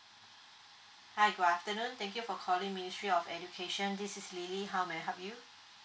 hi good afternoon thank you for calling ministry of education this is lily how may I help you